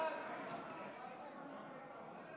את הצעת חוק-יסוד: השפיטה